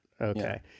Okay